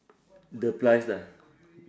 the price ah